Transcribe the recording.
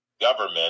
government